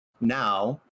now